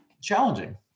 challenging